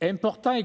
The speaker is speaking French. d'importance,